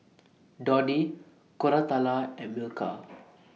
Dhoni Koratala and Milkha